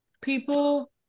people